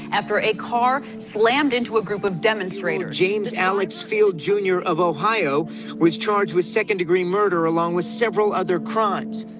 after a car slammed into a group of demonstrators james alex fields jr. of ohio was charged with second-degree murder, along with several other crimes